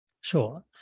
Sure